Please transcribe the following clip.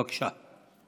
בבקשה.